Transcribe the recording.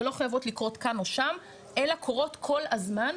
ולא חייבות לקרות כאן או שם אלא קורות כל הזמן,